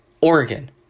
Oregon